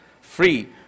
free